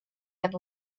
and